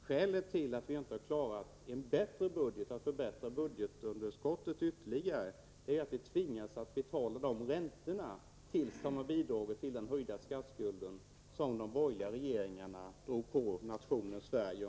Skälet till att vi inte har klarat att förbättra budgetunderskottet ytterligare är att vi tvingas betala de räntor vilka har bidragit till den höjda statsskuld som de borgerliga regeringarna drog på nationen Sverige.